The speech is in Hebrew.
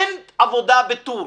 אין עבודה בטור.